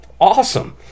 awesome